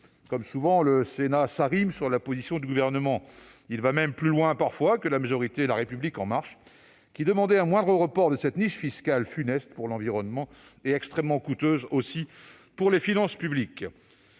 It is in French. Comme souvent, le Sénat s'arrime sur la position du Gouvernement. Il va même parfois plus loin que le groupe majoritaire La République En Marche de l'Assemblée nationale, qui demandait un moindre report de cette niche fiscale funeste pour l'environnement et extrêmement coûteuse pour les finances publiques.